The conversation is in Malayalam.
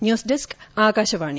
news desk Akashvani